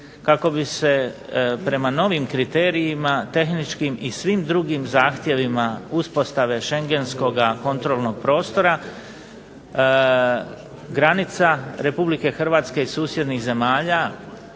kako bi se prema novim kriterijima tehničkim i svim drugim zahtjevima uspostave Šengenskoga kontrolnog prostora granica Republike Hrvatske i susjednih zemalja,